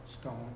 Stone